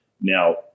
Now